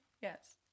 Yes